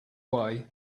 way